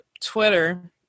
Twitter